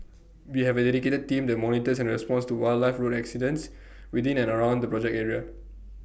we have A dedicated team that monitors and responds to wildlife road incidents within and around the project area